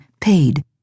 paid